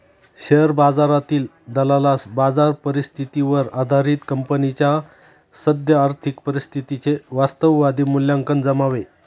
share बाजारातील दलालास बाजार परिस्थितीवर आधारित कंपनीच्या सद्य आर्थिक परिस्थितीचे वास्तववादी मूल्यांकन जमावे